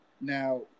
Now